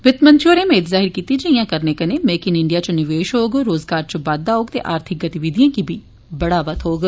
वित्तमंत्री होरें मेद जाहिर कीती जे इयां करने कन्नै मेक इन इंडिया च निवेश होग रोजगार च बाद्दा होग ते आर्थिक गतिविधियें गी बढ़ावा थ्होग